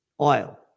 oil